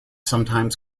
sometimes